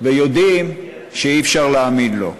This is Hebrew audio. ויודעים שאי-אפשר להאמין לו.